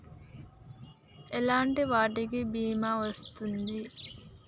ఎలాంటి వాటికి బీమా వస్తుంది?